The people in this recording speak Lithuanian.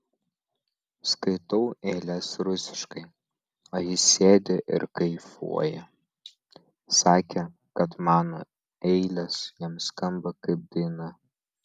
skaitau eiles rusiškai o jis sėdi ir kaifuoja sakė kad mano eilės jam skamba kaip daina